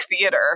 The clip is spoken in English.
theater